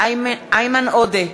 איימן עודה,